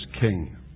king